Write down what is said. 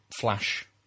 flash